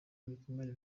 bikomere